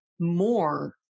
more